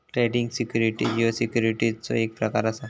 trading securities ह्यो सिक्युरिटीजचो एक प्रकार असा